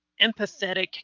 empathetic